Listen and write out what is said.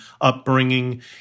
upbringing